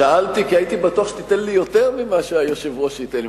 שאלתי כי הייתי בטוח שתיתן לי יותר ממה שהיושב-ראש ייתן לי.